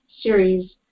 series